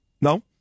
No